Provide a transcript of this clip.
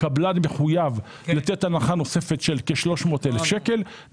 הקבלן מחויב לתת הנחה נוספת של כ-300,000 שקלים,